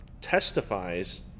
testifies